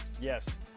Yes